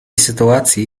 sytuacji